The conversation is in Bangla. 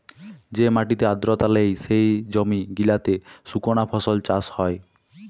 যে মাটিতে আদ্রতা লেই, সে জমি গিলাতে সুকনা ফসল চাষ হ্যয়